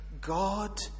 God